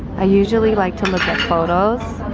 i usually like to look at photos,